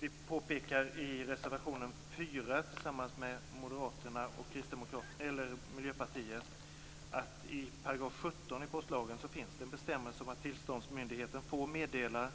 Vi påpekar i reservation 4 tillsammans med Moderaterna och Miljöpartiet att det i 17 § i postlagen finns en bestämmelse om att tillståndsmyndigheten får meddela